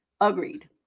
agreed